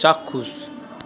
চাক্ষুষ